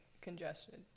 congested